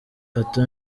gato